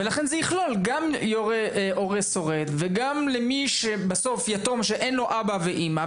לכן זה יכלול גם הורה שורד וגם ליתום שאין לו אבא ואימא,